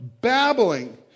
babbling